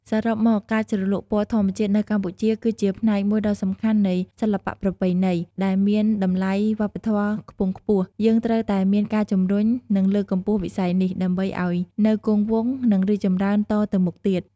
សរុបមក ការជ្រលក់ពណ៌ធម្មជាតិនៅកម្ពុជា គឺជាផ្នែកមួយដ៏សំខាន់នៃសិល្បៈប្រពៃណី ដែលមានតម្លៃវប្បធម៌ខ្ពង់ខ្ពស់ យើងត្រូវតែមានការជំរុញ និងលើកកម្ពស់វិស័យនេះ ដើម្បីឲ្យនៅគង់វង្ស និងរីកចម្រើនតទៅមុខទៀត។